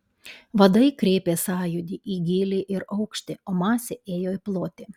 vadai kreipė sąjūdį į gylį ir aukštį o masė ėjo į plotį